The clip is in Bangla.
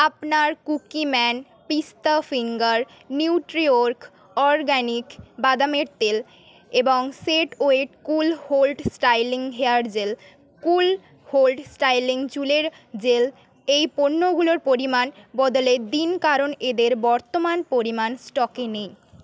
আপনার কুকিম্যান পিস্তা ফিঙ্গার নিউট্রিওর্গ অরগ্যানিক বাদামের তেল এবং set wet cool hold styling hair gel cool hold styling চুলের জেল এই পণ্যগুলোর পরিমাণ বদলে দিন কারণ এদের বর্তমান পরিমাণ স্টকে নেই